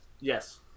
Yes